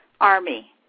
Army